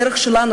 הדרך שלנו,